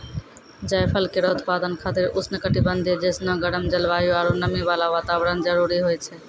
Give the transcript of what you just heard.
जायफल केरो उत्पादन खातिर उष्ण कटिबंधीय जैसनो गरम जलवायु आरु नमी वाला वातावरण जरूरी होय छै